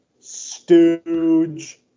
Stooge